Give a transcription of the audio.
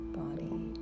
body